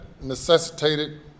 necessitated